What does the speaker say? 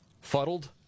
Fuddled